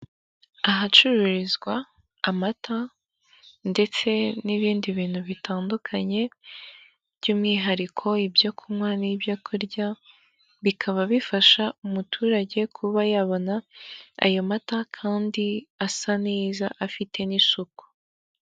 Ahacururizwa amata ndetse n'ibindi bintu bitandukanye by'umwihariko ibyo kunywa n'ibyo kurya bikaba bifasha umuturage kuba yabona ayo mata kandi asa neza afite n'isuku.